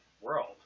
world